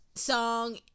song